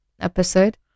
episode